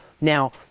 Now